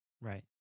Right